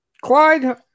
Clyde